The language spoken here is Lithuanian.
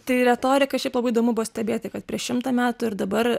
tai retorika šiaip labai įdomu buvo stebėti kad prieš šimtą metų ir dabar